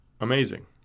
amazing